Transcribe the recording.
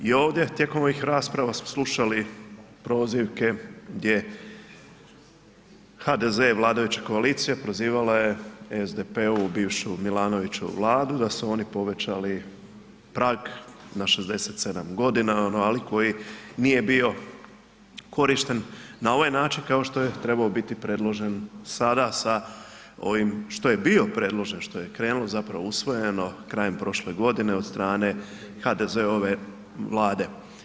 I ovdje tijekom ovih rasprava smo slušali prozivke gdje je HDZ i vladajuća koalicija prozivala je SDP-ovu bivšu Milanovićevu vladu da su oni povećali prag na 67 godina, ali koji nije bio korišten na ovaj način kao što je trebao biti predložen sada sa ovim što je bio predložen, što je usvojeno krajem prošle godine od strane HDZ-ove vlade.